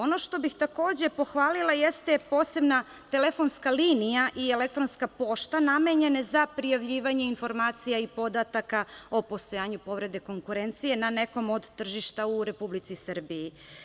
Ono što bih takođe pohvalila jeste posebna telefonska linija i elektronska pošta namenjene za prijavljivanje informacija i podataka o postojanju povrede konkurencije na nekom od tržišta u Republici Srbiji.